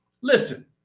Listen